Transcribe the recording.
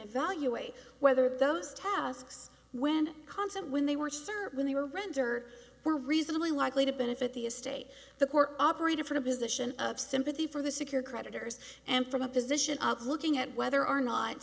evaluate whether those tasks when concept when they were served when they were render were reasonably likely to benefit the estate the court operated from a position of sympathy for the secured creditors and from a position of looking at whether or not